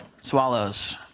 swallows